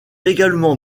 également